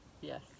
Yes